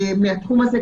מהתחום הזה,